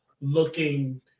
looking